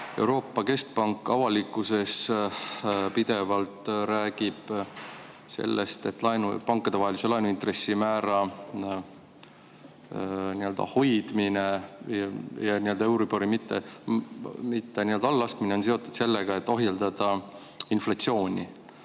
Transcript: Euroopa Keskpank räägib avalikkuses pidevalt sellest, et pankadevahelise laenu intressimäära hoidmine ja euribori mitte allalaskmine on seotud sellega, et ohjeldada inflatsiooni.